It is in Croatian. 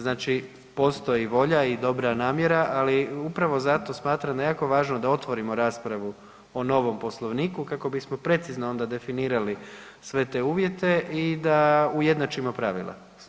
Znači postoji volja i dobra namjera, ali upravo zato smatram da je jako važno da otvorimo raspravu o novom Poslovniku kako bismo onda precizno definirali sve te uvjete i da ujednačimo pravila.